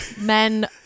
men